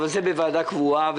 אבל זה בוועדה קבועה.